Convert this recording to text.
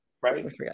right